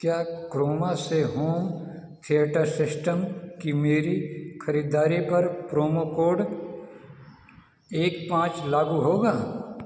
क्या क्रोमा से home theatre system की मेरी खरीदारी पर प्रोमो कोड एक पाँच लागू होगा